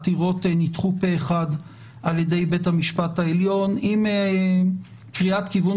העתירות נדחו פה אחד על ידי בית המשפט העליון עם קריאת כיוון